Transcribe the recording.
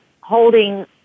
holding